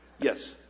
yes